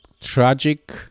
tragic